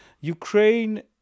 Ukraine